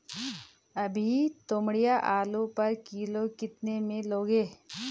अभी तोमड़िया आलू पर किलो कितने में लोगे?